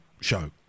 show